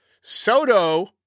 Soto